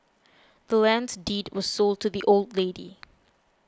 the land's deed was sold to the old lady